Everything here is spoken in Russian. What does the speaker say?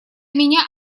меня